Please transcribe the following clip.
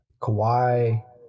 Kawhi